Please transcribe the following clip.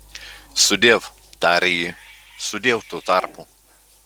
sudiev tarė ji sudiev tuo tarpu